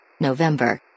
November